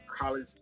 college